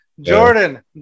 Jordan